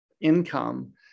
income